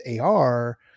AR